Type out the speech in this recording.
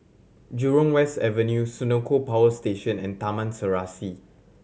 Jurong West Avenue Senoko Power Station and Taman Serasi